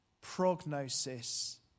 prognosis